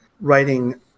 writing